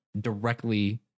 directly